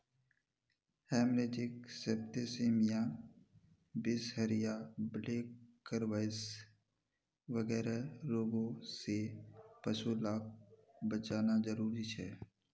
haemorrhagic septicaemia, बीसहरिया, black quarters वगैरह रोगों से पशु लाक बचाना ज़रूरी छे